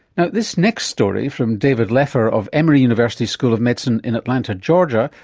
now this next story from david lefer of emory university school of medicine in atlanta georgia.